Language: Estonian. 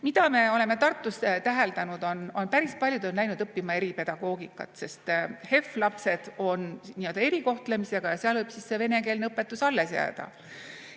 Mida me oleme Tartus täheldanud, on see, et päris paljud on läinud õppima eripedagoogikat, sest HEV-lapsed on nii-öelda erikohtlemisega ja seal võib see venekeelne õpetus alles jääda.